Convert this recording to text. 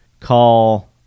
call